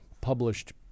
published